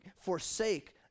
forsake